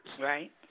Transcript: Right